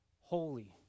holy